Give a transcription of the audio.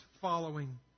following